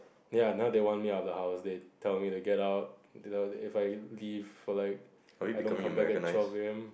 ya now they want me at the house they tell me they get out if like for like I don't come back at twelve A_M